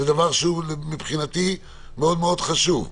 זה דבר שהוא מבחינתי מאוד מאוד חשוב.